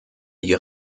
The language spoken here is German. die